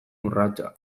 urratsa